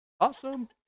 awesome